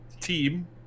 team